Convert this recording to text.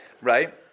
right